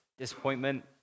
disappointment